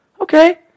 Okay